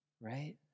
right